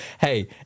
Hey